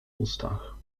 ustach